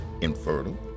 infertile